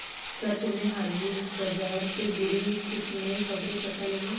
क्या तुम्हें हाजिर बाजार से जुड़ी कुछ नई खबरें पता लगी हैं?